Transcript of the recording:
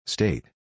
State